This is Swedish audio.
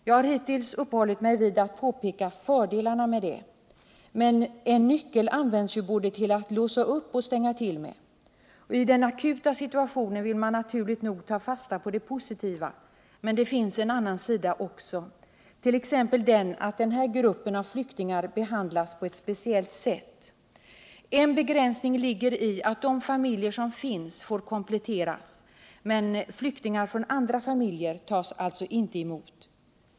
Jag har hittills uppehållit mig vid att påpeka fördelarna med detta. Men en nyckel används ju till att både låsa upp med och stänga till med. I den akuta situationen vill man naturligt nog ta fasta på det positiva, men det finns en annan sida också, t.ex. den att den här gruppen av flyktingar behandlas på ett speciellt sätt. En begränsning ligger i att de familjer som redan finns här får kompletteras, men att flyktingar från andra familjer alltså inte tas emot.